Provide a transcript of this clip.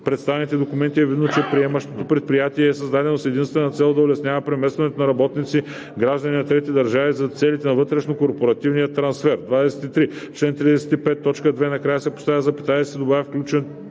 представените документи е видно, че приемащото предприятие е създадено с единствена цел да улеснява преместването на работници – граждани на трети държави, за целите на вътрешнокорпоративния трансфер.“ 23. В чл. 35, т. 2 накрая се поставя запетая и се добавя „включително